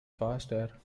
faster